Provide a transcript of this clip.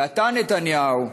ואתה, נתניהו,